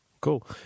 cool